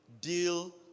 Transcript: Deal